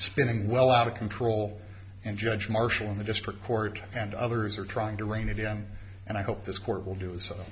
spinning well out of control and judge marshall in the district court and others are trying to rein it in and i hope this court will do